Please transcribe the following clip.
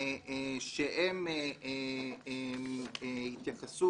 שהם התייחסו